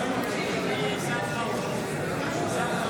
50